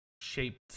shaped